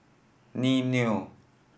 Mimeo